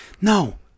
No